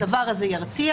האם הדבר הזה ירתיע,